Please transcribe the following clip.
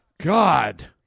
God